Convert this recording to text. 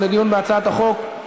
בהצעת החוק,